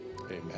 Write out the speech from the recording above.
Amen